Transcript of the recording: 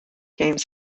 games